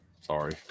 Sorry